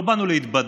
לא באנו להתבדל,